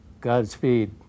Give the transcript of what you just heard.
Godspeed